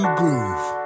groove